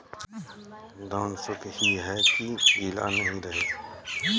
धान सुख ही है की गीला नहीं रहे?